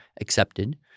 accepted